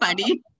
funny